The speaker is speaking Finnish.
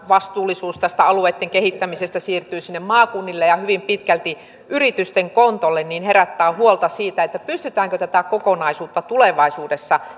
vastuullisuus alueitten kehittämisestä siirtyisi sinne maakunnille ja hyvin pitkälti yritysten kontolle herättää huolta siitä pystytäänkö tätä kokonaisuutta tulevaisuudessa